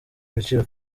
agaciro